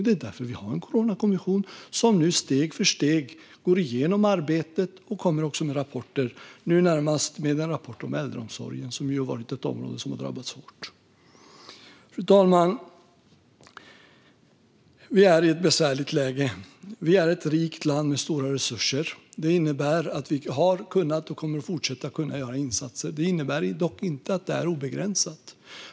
Det är därför vi har en coronakommission som nu steg för steg går igenom arbetet och kommer med rapporter. Närmast kommer kommissionen med en rapport om äldreomsorgen, som ju är ett område som har drabbats hårt. Fru talman! Vi är i ett besvärligt läge. Vi är ett rikt land med stora resurser. Det innebär att vi har kunnat och kommer att fortsätta kunna göra insatser. Det innebär dock inte att detta är obegränsat.